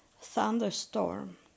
Thunderstorm